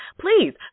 Please